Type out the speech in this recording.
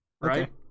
right